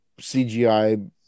CGI